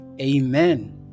Amen